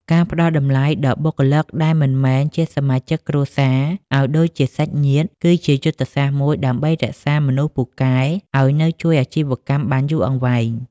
ការផ្តល់តម្លៃដល់បុគ្គលិកដែលមិនមែនជាសមាជិកគ្រួសារឱ្យដូចជាសាច់ញាតិ គឺជាយុទ្ធសាស្ត្រមួយដើម្បីរក្សាមនុស្សពូកែឱ្យនៅជួយអាជីវកម្មបានយូរអង្វែង។